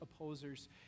opposers